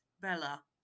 bella